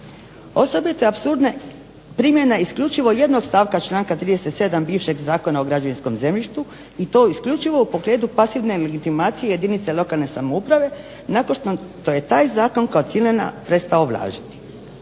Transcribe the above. Osobito je apsurdna primjena isključivo jednog stavka članka 37. bivšeg Zakona o građevinskom zemljištu i to isključivo u pogledu pasivne legitimacije jedinice lokalne samouprave nakon što je taj Zakon kao cjelina prestao važiti.